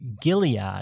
Gilead